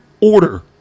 order